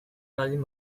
baldin